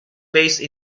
based